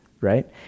right